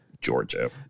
Georgia